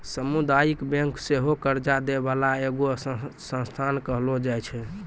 समुदायिक बैंक सेहो कर्जा दै बाला एगो संस्थान कहलो जाय छै